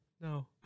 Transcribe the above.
No